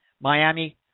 Miami